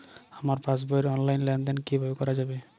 আমার পাসবই র অনলাইন লেনদেন কিভাবে করা যাবে?